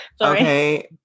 Okay